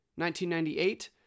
1998